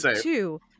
Two